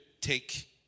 take